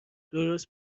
درست